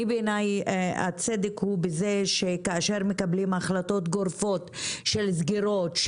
בעיניי הצדק הוא בזה שכאשר מקבלים החלטות גורפות של סגירות,